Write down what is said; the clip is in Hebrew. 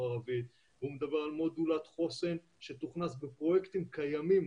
הערבית והוא מדבר על מודולת חוסן שתוכנס בפרויקטים קיימים,